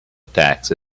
attacks